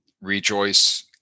rejoice